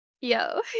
Yo